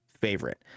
favorite